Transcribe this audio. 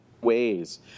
ways